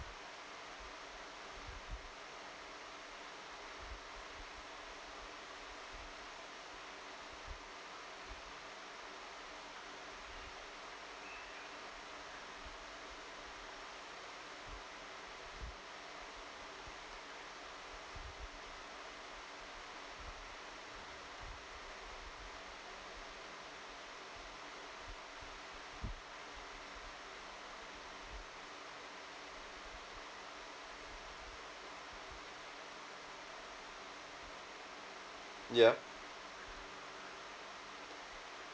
yeah